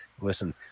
listen